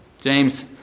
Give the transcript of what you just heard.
James